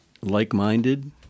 Like-minded